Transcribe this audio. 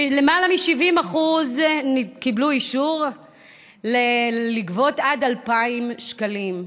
למעלה מ-70% קיבלו אישור לגבות עד 2,000 שקלים,